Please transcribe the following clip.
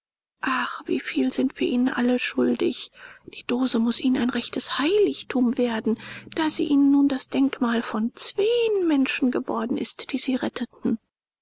ach wie viel sind wir ihnen alle schuldig die dose muß ihnen ein rechtes heiligtum werden da sie ihnen nun das denkmal von zween menschen geworden ist die sie retteten